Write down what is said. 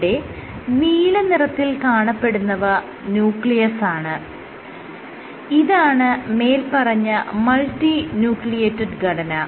ഇവിടെ നീലനിറത്തിൽ കാണപ്പെടുന്നവ ന്യൂക്ലിയസാണ് ഇതാണ് മേല്പറഞ്ഞ മൾട്ടി ന്യൂക്ലിയേറ്റഡ് ഘടന